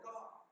God